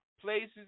places